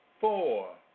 four